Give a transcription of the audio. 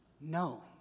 No